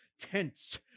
tents